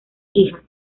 hijas